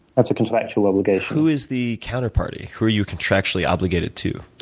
that's a contractual obligation. who is the counterparty? who are you contractually obligated to?